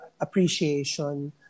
appreciation